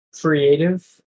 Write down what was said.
creative